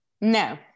No